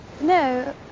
No